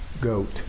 goat